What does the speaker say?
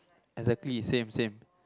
exactly same same